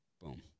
Boom